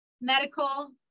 medical